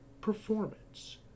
performance